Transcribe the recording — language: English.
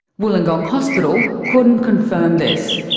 wollongong hospital couldn't confirm this.